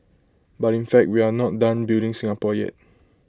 but in fact we are not done building Singapore yet